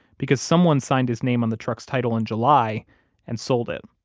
because someone signed his name on the truck's title in july and sold it